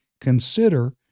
consider